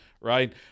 right